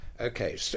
Okay